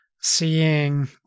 Seeing